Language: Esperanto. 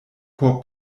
por